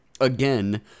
Again